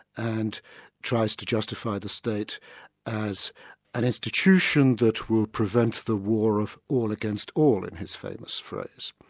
and tries to justify the state as an institution that will prevent the war of all against all, in his famous phrase.